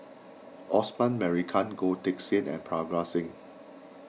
Osman Merican Goh Teck Sian and Parga Singh